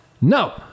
No